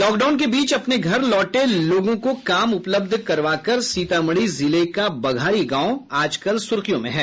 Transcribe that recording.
lockdown के बीच अपने घर लौटे लोगों को काम उपलब्ध करवाकर सीतामढ़ी जिले का बघारी गांव आजकल सुर्खियों में है